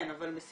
כן, אבל מסיבות